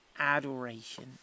adoration